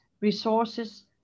resources